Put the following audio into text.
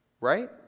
right